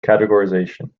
categorization